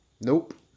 nope